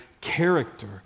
character